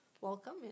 welcome